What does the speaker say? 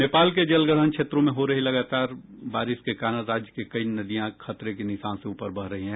नेपाल के जलग्रहण क्षेत्रों में हो रही लगातार बारिश के कारण राज्य के कई नदियां खतरे के निशान से ऊपर बह रही है